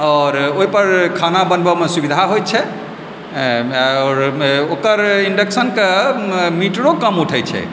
आओर ओहिपर खाना बनबैमे सुविधा होइ छै आओर ओकर इण्डक्शनके मीटरो कम उठै छै